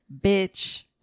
bitch